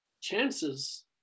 chances